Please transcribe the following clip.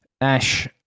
Ash